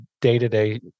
day-to-day